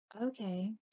Okay